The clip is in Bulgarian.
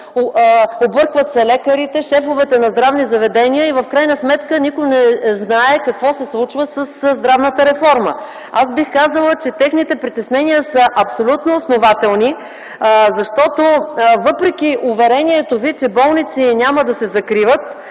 Объркват се лекарите, шефовете на здравни заведения и в крайна сметка никой не знае какво се случва със здравната реформа. Аз бих казала, че техните притеснения са абсолютно основателни, защото въпреки уверението Ви, че болници няма да се закриват,